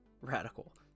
radical